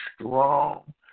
strong